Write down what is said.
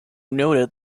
noted